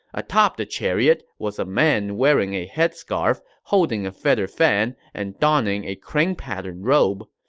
atop the chariot was a man wearing a headscarf, holding a feather fan, and donning a crane-pattern robe.